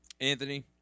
Anthony